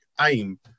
aim